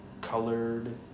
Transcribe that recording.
colored